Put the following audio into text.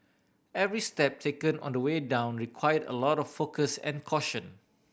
every step taken on the way down required a lot of focus and caution